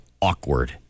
awkward